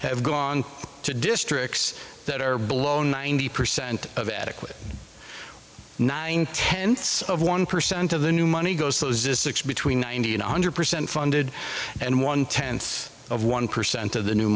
have gone to districts that are below ninety percent of adequate nine tenths of one percent of the new money goes between ninety and one hundred percent funded and one tenth of one percent of the new